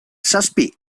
zazpi